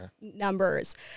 numbers